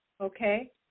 okay